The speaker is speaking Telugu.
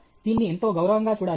దీన్ని ఎంతో గౌరవంగా చూడాలి